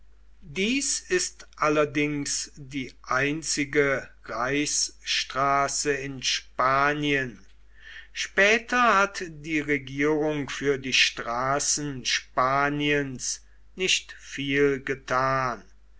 dies ist allerdings die einzige reichsstraße in spanien später hat die regierung für die straßen spaniens nicht viel getan